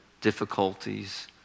difficulties